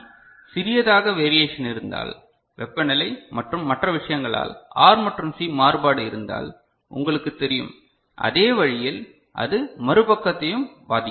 C சிறியதாக variation இருந்தால் வெப்பநிலை மற்றும் மற்ற விஷயங்களால் ஆர் மற்றும் சி மாறுபாடு இருந்தால் உங்களுக்குத் தெரியும் அதே வழியில் அது மறுபக்கத்தையும் பாதிக்கும்